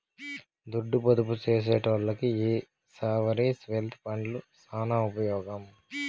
దుడ్డు పొదుపు సేసెటోల్లకి ఈ సావరీన్ వెల్త్ ఫండ్లు సాన ఉపమోగం